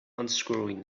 unscrewing